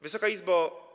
Wysoka Izbo!